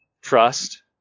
Trust